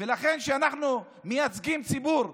לכן, כשאנחנו מייצגים ציבור,